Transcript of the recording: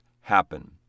happen